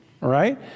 right